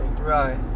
Right